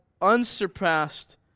unsurpassed